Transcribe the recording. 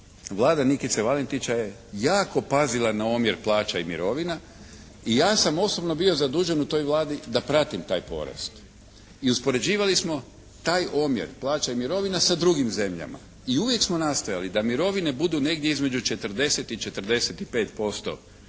Vlada Nikice Valentića je jako pazila na omjer plaća i mirovina i ja sam osobno bio zadužen u toj Vladi da pratim taj porast i uspoređivali smo taj omjer plaće i mirovina sa drugim zemljama i uvijek smo nastojali da mirovine budu negdje između 40 i 45%